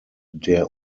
der